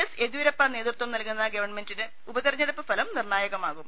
S Yediyurappa നേതൃത്വം നൽകുന്ന ഗവൺമെന്റിന് ഉപതെരഞ്ഞെടുപ്പ് ഫലം നിർണായകമാകും